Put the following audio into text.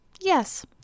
Yes